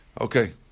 Okay